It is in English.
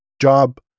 job